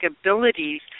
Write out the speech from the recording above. abilities